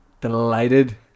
Delighted